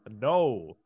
No